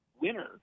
winner